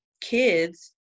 kids